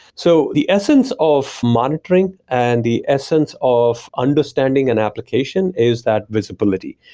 so the essence of monitoring and the essence of understanding an application is that visibility.